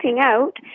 out